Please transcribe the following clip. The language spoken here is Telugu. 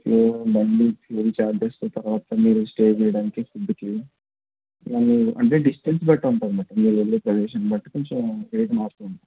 ఏ బండి మేము చార్జెస్ తర్వాత మీరు స్టే చేయడానికి ఫుడ్కి ఇవన్నీ అంటే డిస్టెన్స్ బట్టి ఉంటుంది మీరు వెళ్ళే ప్రదేశాన్ని బట్టి కొంచెం రేట్ మారుతు ఉంటుంది